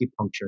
acupuncture